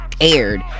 aired